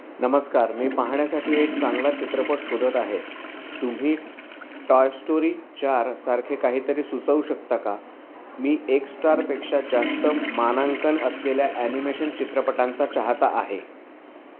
नमस्कार मी पाहण्यासाठी एक चांगला चित्रपट शोधत आहे तुम्ही टॉय स्टोरी चार सारखे काहीतरी सुचवू शकता का मी एक स्टारपेक्षा जास्त मानांकन असलेल्या ॲनिमेशन चित्रपटांचा चाहता आहे